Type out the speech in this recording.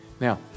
Now